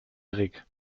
erik